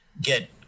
get